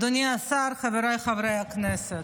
אדוני השר, חבריי חברי הכנסת,